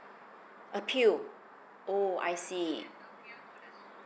appeal oh I see